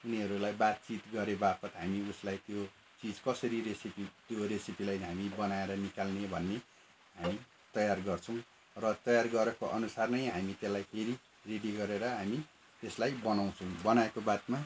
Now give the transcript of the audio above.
उनीहरूलाई बातचित गरे बापत हामी उसलाई त्यो चिज कसरी रेसेपी त्यो रेसेपीलाई हामी बनाएर निकाल्ने भन्ने हामी तयार गर्छौँ र तयार गरेको अनुसार नै हामी त्यसलाई फेरि रेडी गरेर हामी त्यसलाई बनाउँछौँ बनाएको बादमा